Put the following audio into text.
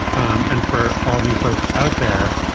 um and for all of you folks out there,